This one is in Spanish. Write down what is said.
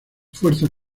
fuerzas